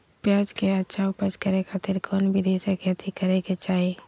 प्याज के अच्छा उपज करे खातिर कौन विधि से खेती करे के चाही?